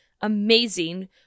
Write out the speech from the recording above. amazing